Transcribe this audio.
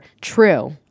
true